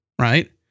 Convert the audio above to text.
Right